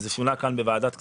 זה שונה כאן בוועדת הכספים.